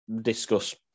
discuss